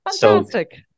Fantastic